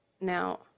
Now